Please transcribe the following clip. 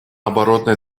оборотной